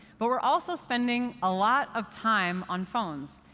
but we're also spending a lot of time on phones.